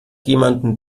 jemanden